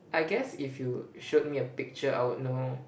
I guess if you showed me a picture I would know